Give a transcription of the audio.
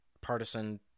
Partisan